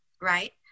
right